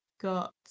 got